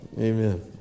Amen